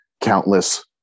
countless